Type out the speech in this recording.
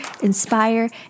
inspire